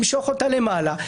אמשוך אותה למעלה,